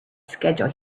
schedule